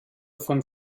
von